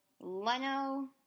Leno